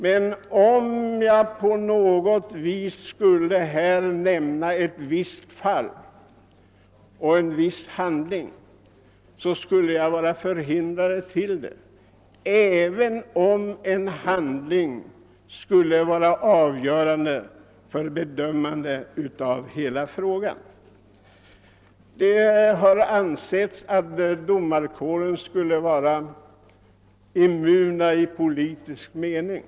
Men jag är förhindrad att här nämna ett visst fall eller en viss handling, även om förhållandet är avgörande för bedömningen av hela den fråga det gäller. Det har ansetts att domarkåren skulle vara immun i politisk mening.